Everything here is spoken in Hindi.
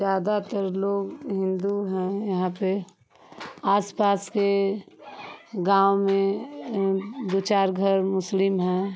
ज़्यादातर लोग हिन्दू हैं यहाँ पर आस पास के गाँव में दो चार घर मुस्लिम हैं